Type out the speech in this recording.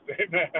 Amen